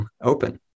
open